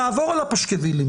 נעבור על הפשקווילים.